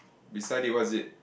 beside it what is it